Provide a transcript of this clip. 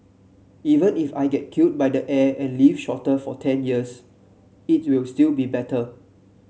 even if I get killed by the air and live shorter for ten years it'll still be better